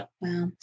Wow